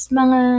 mga